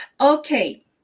okay